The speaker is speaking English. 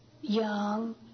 young